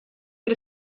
per